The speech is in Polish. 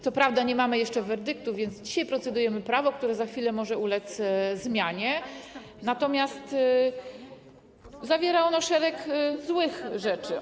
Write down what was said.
Co prawda nie mamy jeszcze werdyktu, więc dzisiaj procedujemy nad prawem, które za chwilę może ulec zmianie, natomiast zawiera ono szereg złych rzeczy.